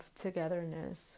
togetherness